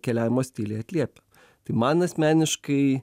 keliavimo stiliai atliepia tai man asmeniškai